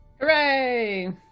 Hooray